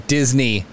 Disney